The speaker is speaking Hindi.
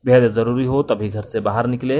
बेहद जरूरी हो तभी घर से बाहर निकलें